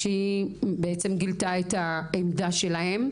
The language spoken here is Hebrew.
שהיא בעצם גילתה את העמדה שלהם,